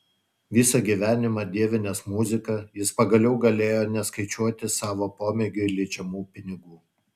visą gyvenimą dievinęs muziką jis pagaliau galėjo neskaičiuoti savo pomėgiui leidžiamų pinigų